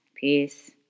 Peace